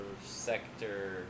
sector